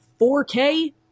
4k